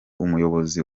umuyobozi